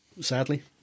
Sadly